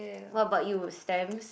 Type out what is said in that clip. what about you stamps